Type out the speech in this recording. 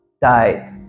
died